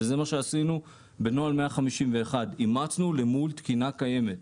וזה מה שעשינו בנוהל 151 אימצנו למול תקינה קיימת.